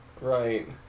Right